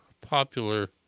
popular